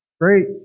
Great